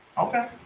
Okay